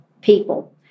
people